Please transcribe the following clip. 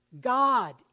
God